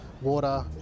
water